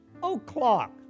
o'clock